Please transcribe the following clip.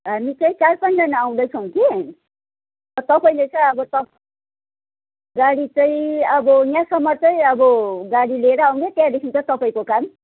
हामी चाहिँ चार पाँचजना आउँदैछौँ कि तपाईँले चाहिँ अब सब गाडी चाहिँ अब यहाँसम्म चाहिँ अब गाडी लिएर आउने त्यहाँदेखि चाहिँ तपाईँको काम